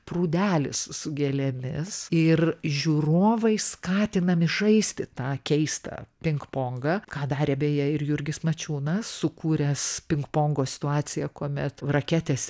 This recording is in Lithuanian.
prūdelis su gėlėmis ir žiūrovai skatinami žaisti tą keistą pingpongą ką darė beje ir jurgis mačiūnas sukūręs pingpongo situaciją kuomet raketės